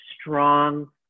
strong